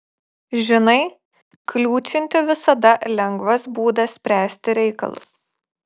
žinai kliūčinti visada lengvas būdas spręsti reikalus